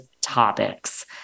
topics